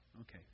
Okay